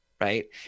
Right